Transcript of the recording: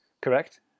Correct